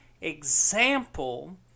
example